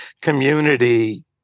community